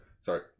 sorry